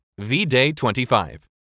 vday25